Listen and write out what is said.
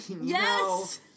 Yes